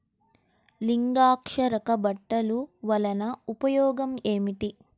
లింగాకర్షక బుట్టలు వలన ఉపయోగం ఏమిటి?